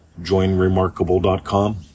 joinremarkable.com